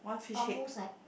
almost like